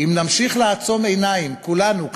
אם נמשיך לעצום עיניים, כולנו כאן,